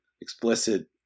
explicit